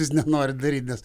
jis nenori daryt nes